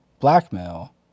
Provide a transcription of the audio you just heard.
Blackmail